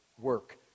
work